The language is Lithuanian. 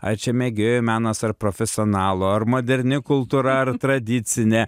ar čia mėgėjų menas ar profesionalų ar moderni kultūra ar tradicinė